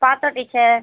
பார்த்தோம் டீச்சர்